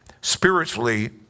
spiritually